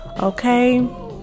okay